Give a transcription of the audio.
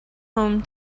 home